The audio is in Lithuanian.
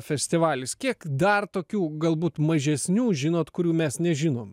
festivalis kiek dar tokių galbūt mažesnių žinot kurių mes nežinom